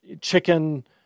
chicken